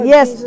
Yes